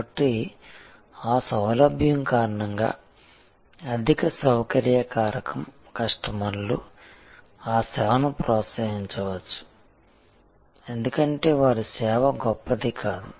కాబట్టి ఆ సౌలభ్యం కారణంగా అధిక సౌకర్య కారకం కస్టమర్లు ఆ సేవను ప్రోత్సహించవచ్చు ఎందుకంటే వారి సేవ గొప్పది కాదు